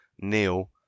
Neil